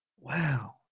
wow